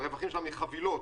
ברווחים שלה מחבילות,